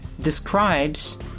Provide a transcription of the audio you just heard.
describes